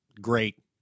great